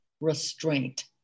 restraint